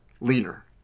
Leader